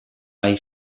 bai